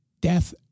Death